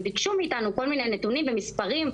הם ביקשו מאיתנו כל מיני נתונים ומספרים,